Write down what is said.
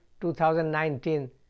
2019